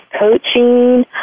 coaching